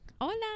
Hola